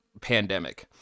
pandemic